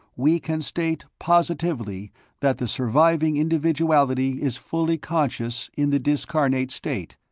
we can state positively that the surviving individuality is fully conscious in the discarnate state,